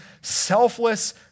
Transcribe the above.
selfless